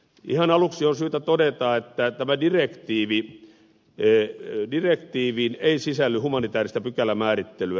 ihan aluksi on syytä todeta että tähän direktiiviin ei sisälly humanitaarista pykälämäärittelyä